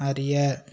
அறிய